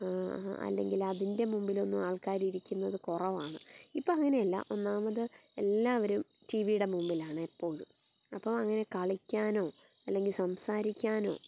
അല്ലെങ്കിൽ അതിൻ്റെ മുമ്പിലൊന്നും ആൾക്കാർ ഇരിക്കുന്നത് കുറവാണ് ഇപ്പോൾ അങ്ങനെയല്ല ഒന്നാമത് എല്ലാവരും ടി വിയുടെ മുമ്പിലാണ് എപ്പോഴും അപ്പോൾ അങ്ങനെ കളിക്കാനൊ അല്ലെങ്കിൽ സംസാരിക്കാനോ